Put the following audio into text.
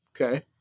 Okay